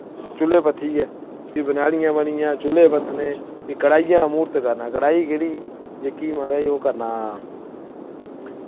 चूल्हे पत्थियै फ्ही बनैलियां बनियां चूल्हे पत्थने फ्ही कड़ाही दा मूर्त करना कड़ाही केह्ड़ी जेह्की म्हाराज ओह् करना